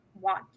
want